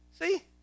See